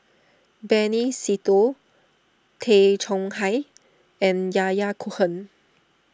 Benny Se Teo Tay Chong Hai and Yahya Cohen